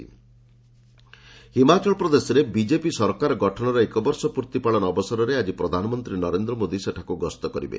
PM HP Himachal ପ୍ରଦେଶରେ BJP ସରକାର ଗଠନର ଏକ ବର୍ଷ ପୂର୍ତ୍ତି ପାଳନ ଅବସରରେ ଆଜି ପ୍ରଧାନମନ୍ତ୍ରୀ ନରେନ୍ଦ୍ର ମୋଦି ସେଠାକୁ ଗସ୍ତ କରିବେ